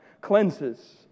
cleanses